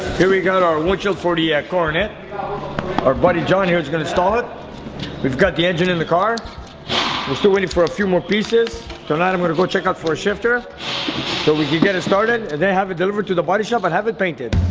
here we got our windshield for the yeah coronet our buddy john here is gonna install it we've got the engine in the car we're still waiting for a few more pieces tonight i'm gonna go check out for a shifter so we can get it started and then have it deliver to the body shop i'd but have it painted.